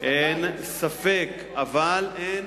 אין ספק, אין